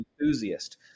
enthusiast